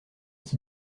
qui